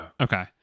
okay